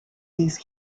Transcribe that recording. these